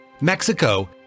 Mexico